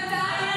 1,200 מתגייסים.